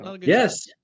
Yes